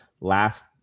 last